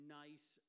nice